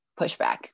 pushback